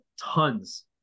tons